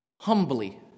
humbly